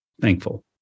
thankful